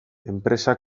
enpresa